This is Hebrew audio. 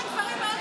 המל"ל